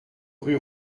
rue